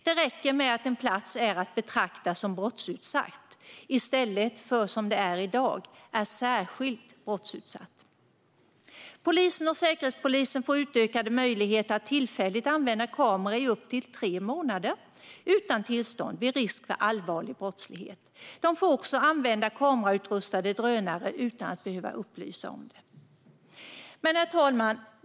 Det räcker med att en plats är att betrakta som brottsutsatt i stället för, som det är i dag, är särskilt brottsutsatt. Polisen och Säkerhetspolisen får utökade möjligheter att tillfälligt använda kameror i upp till tre månader utan tillstånd vid risk för allvarlig brottslighet. De får också använda kamerautrustade drönare utan att behöva upplysa om det. Herr talman!